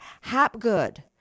Hapgood